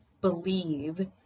believe